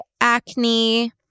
acne